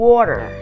Water